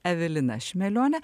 evelina šimelione